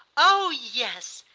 oh yes,